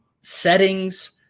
settings